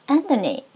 Anthony